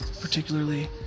particularly